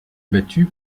battus